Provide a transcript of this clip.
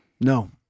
No